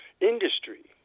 industry